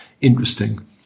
interesting